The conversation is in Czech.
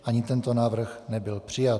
Ani tento návrh nebyl přijat.